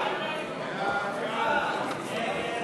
הצעת סיעת